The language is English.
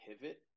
pivot